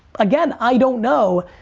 again, i don't know.